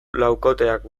laukoteak